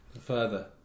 further